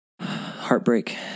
Heartbreak